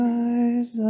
eyes